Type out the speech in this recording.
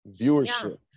viewership